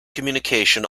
communication